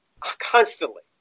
constantly